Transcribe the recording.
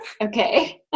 Okay